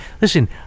listen